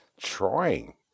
trying